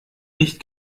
nicht